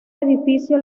edificio